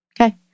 Okay